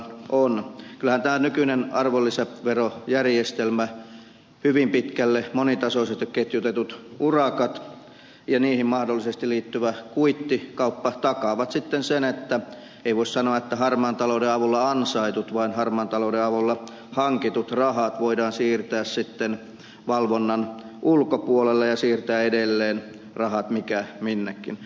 kyllähän tämä nykyinen arvonlisäverojärjestelmä hyvin pitkälle monitasoisesti ketjutetut urakat ja niihin mahdollisesti liittyvä kuittikauppa takaavat sen että harmaan talouden avulla ei voi sanoa että ansaitut vaan hankitut rahat voidaan siirtää valvonnan ulkopuolelle ja siirtää edelleen rahat mitkä minnekin